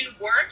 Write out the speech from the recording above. work